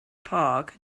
park